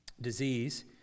disease